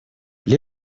для